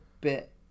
bit